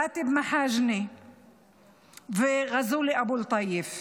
ראדב מחאג'נה וג'זאל אבו לטיף.